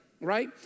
right